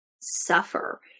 suffer